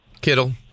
Kittle